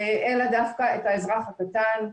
אלא דווקא את האזרח הקטן.